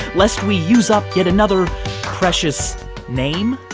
lest we use up yet another precious name?